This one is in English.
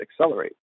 accelerate